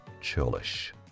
churlish